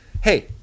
hey